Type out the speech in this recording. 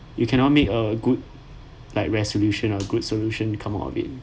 you cannot make a good like resolution or solution come out of it